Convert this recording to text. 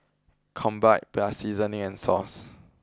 combined plus seasoning and sauce